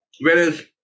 whereas